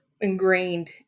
ingrained